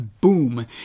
boom